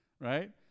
right